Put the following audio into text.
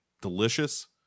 delicious